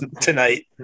tonight